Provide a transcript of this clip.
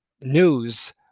news